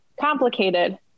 Complicated